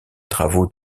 travaux